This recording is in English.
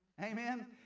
Amen